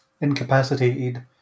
incapacitated